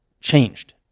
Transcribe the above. changed